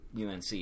UNC